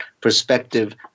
perspective